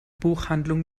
buchhandlung